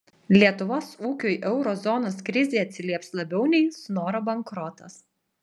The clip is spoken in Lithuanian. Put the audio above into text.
lietuvos ūkiui euro zonos krizė atsilieps labiau nei snoro bankrotas